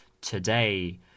today